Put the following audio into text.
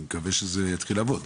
אני מקווה שזה יתחיל לעבוד.